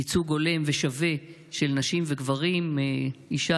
ייצוג הולם ושווה של נשים וגברים: אישה